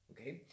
Okay